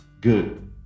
good